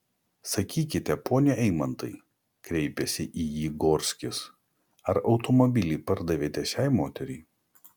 sakykite pone eimantai kreipėsi į jį gorskis ar automobilį pardavėte šiai moteriai